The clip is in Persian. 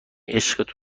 عشقت